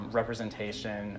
representation